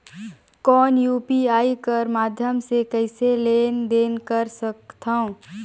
कौन यू.पी.आई कर माध्यम से कइसे लेन देन कर सकथव?